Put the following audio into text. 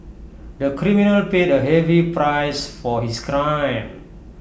the criminal paid A heavy price for his crime